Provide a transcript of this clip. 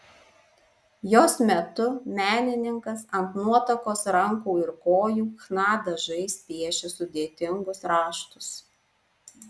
jos metu menininkas ant nuotakos rankų ir kojų chna dažais piešia sudėtingus raštus